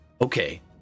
okay